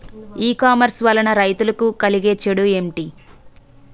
ఈ కామర్స్ వలన రైతులకి కలిగే చెడు ఎంటి?